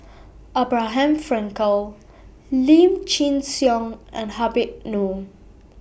Abraham Frankel Lim Chin Siong and Habib Noh